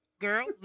Girl